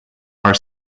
are